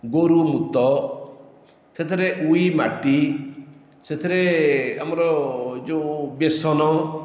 ଗୋରୁ ମୁତ ସେଥିରେ ଉଈ ମାଟି ସେଥିରେ ଆମର ଯେଉଁ ବେସନ